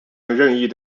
任意